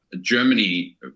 Germany